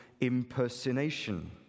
impersonation